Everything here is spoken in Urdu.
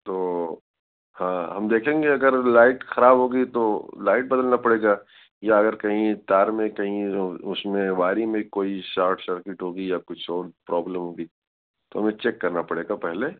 تو ہاں ہم دیکھیں گے اگر لائٹ خراب ہوگی تو لائٹ بدلنا پڑے گا یا اگر کہیں تار میں کہیں اس میں وائرنگ میں کوئی شارٹ سرکٹ ہوگی یا کچھ اور پروبلم ہوگی تو ہمیں چیک کرنا پڑے گا پہلے